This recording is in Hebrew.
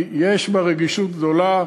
יש בה רגישות גדולה.